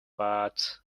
but